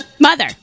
mother